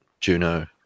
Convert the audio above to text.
juno